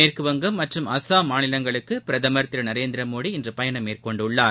மேற்குவங்கம் மற்றும் அசாம் மாநிலங்களுக்குபிரதமர் திருநரேந்திரமோடி இன்றுபயணம் மேற்கொண்டுள்ளார்